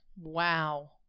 Wow